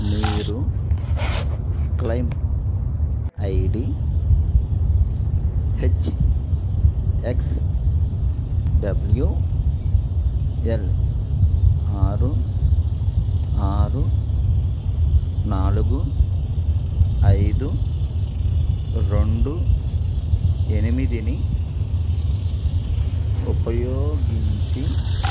మీరు claim ID HXW L ఆరు ఆరు నాలుగు ఐదు రెండు ఎనిమిదిని ఉపయోగించి